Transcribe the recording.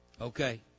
Okay